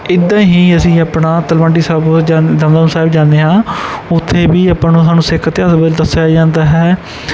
ਇੱਦਾਂ ਹੀ ਅਸੀਂ ਆਪਣਾ ਤਲਵੰਡੀ ਸਾਬੋ ਜਨ ਦਮਦਮਾ ਸਾਹਿਬ ਜਾਂਦੇ ਹਾਂ ਉੱਥੇ ਵੀ ਆਪਾਂ ਨੂੰ ਸਾਨੂੰ ਸਿੱਖ ਇਤਿਹਾਸ ਬਾਰੇ ਦੱਸਿਆ ਜਾਂਦਾ ਹੈ